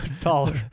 taller